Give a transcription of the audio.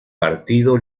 partido